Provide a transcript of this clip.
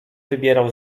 wybierał